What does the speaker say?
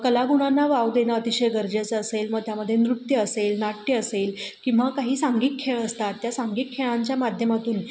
कलागुणांना वाव देणं अतिशय गरजेचं असेल मग त्यामध्ये नृत्य असेल नाट्य असेल किंवा काही सांघिक खेळ असतात त्या सांघिक खेळांच्या माध्यमातून